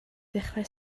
ddechrau